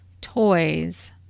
toys